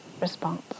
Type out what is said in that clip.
response